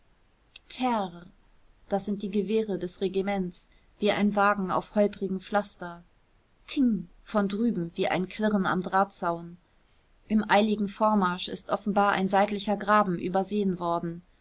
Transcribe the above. das sind die gewehre des regiments wie ein wagen auf holprigem pflaster ting von drüben wie ein klirren am drahtzaun im eiligen vormarsch ist offenbar ein seitlicher graben übersehen worden